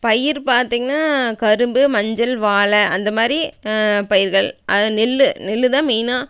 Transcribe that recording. பயிர் பார்த்தீங்கன்னா கரும்பு மஞ்சள் வாழை அந்த மாரி பயிர்கள் அது நெல் நெல்தான் மெயினாக